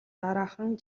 дараахан